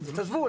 תעזבו,